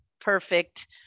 perfect